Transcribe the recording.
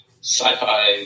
sci-fi